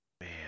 Man